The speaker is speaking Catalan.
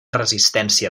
resistència